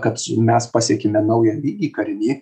kad mes pasiekėme naują lygį karinį